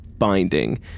Binding